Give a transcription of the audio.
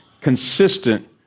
consistent